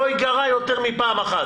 לא ייגרע יותר מפעם אחת.